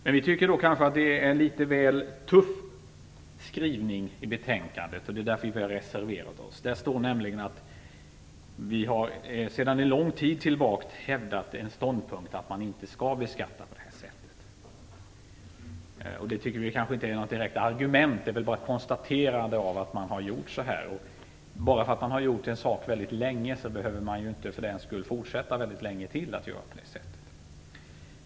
Men vi tycker att det är en litet väl tuff skrivning i betänkandet och det är därför vi har reserverat oss. Där står nämligen att vi sedan en lång tid tillbaka hävdat ståndpunkten att man inte skall beskatta på det här sättet. Det tycker vi inte är något argument. Det är väl bara ett konstaterande att man har gjort så här. Bara för att man gjort en sak väldigt länge behöver man inte fortsätta att göra på samma sätt.